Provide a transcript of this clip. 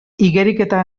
igeriketa